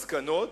מסקנות.